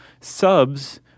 subs